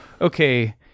Okay